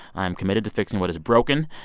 i'm committed to fixing what is broken.